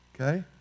Okay